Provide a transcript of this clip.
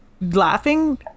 Laughing